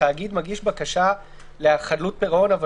כשתאגיד מגיש בקשה לחדלות פירעון אבל